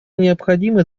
необходимо